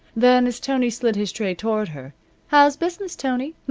then, as tony slid his tray toward her how's business, tony?